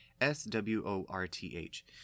S-W-O-R-T-H